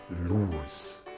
lose